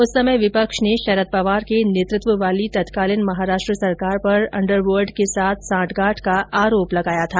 उस समय विपक्ष ने शरद पवार के नेतृत्व वाली तत्कालीन महाराष्ट्र सरकार पर अंडरवर्ल्ड के साथ सांठगांठ का आरोप लगाया था